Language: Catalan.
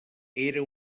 era